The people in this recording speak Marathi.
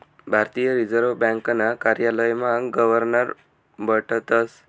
भारतीय रिजर्व ब्यांकना कार्यालयमा गवर्नर बठतस